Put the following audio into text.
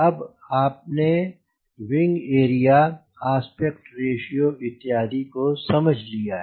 अब आपने wing area aspect ratio इत्यादि को समझ लिया है